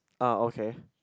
ah okay